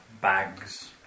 bags